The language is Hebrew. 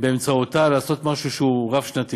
שבאמצעותה אפשר לעשות משהו שהוא רב-שנתי.